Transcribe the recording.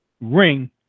ring